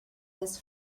this